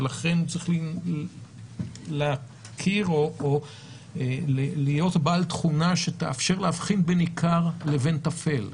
ולכן צריכים להכיר או להיות בעל תכונה שתאפשר להבחין בין עיקר לבין טפל.